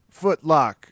footlock